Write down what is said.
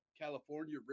California